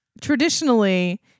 traditionally